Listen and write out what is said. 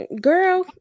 girl